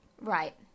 Right